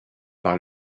par